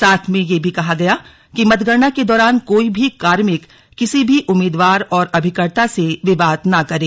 साथ ही ये भी कहा गया कि मतगणना के दौरान कोई भी कार्मिक किसी भी उम्मीदवार और अभिकर्ता से विवाद न करें